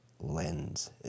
lens